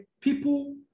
people